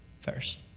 first